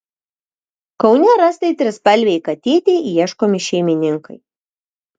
kaune rastai trispalvei katytei ieškomi šeimininkai